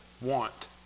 want